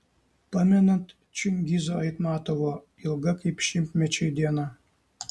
pamenat čingizo aitmatovo ilga kaip šimtmečiai diena